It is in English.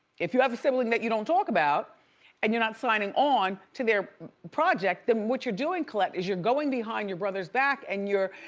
if you have a sibling that you don't talk about and you're not signing on to their project, then what you're doing colette is you're going behind your brother's back and you're,